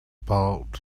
bulb